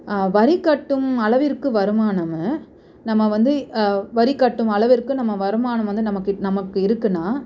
வரி கட்டும் அளவிற்கு வருமானம் நம்ம வந்த வரி கட்டும் அளவிற்கு நம்ம வருமானம் வந்து நம்மகிட் நமக்கு இருக்குன்னால்